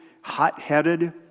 hot-headed